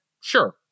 sure